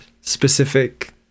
specific